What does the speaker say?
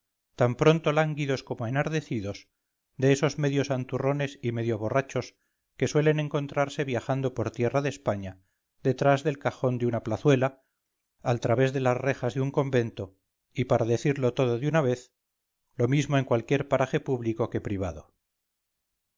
tan pronto lánguidos como enardecidos de esos medio santurrones y medio borrachos que suelen encontrarse viajando por tierra de españa detrás del cajón de una plazuela al través de las rejas de un convento y para decirlo todo de una vez lo mismo en cualquier paraje público que privado